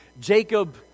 Jacob